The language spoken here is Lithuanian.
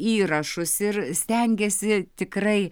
įrašus ir stengiasi tikrai